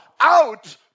out